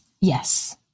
yes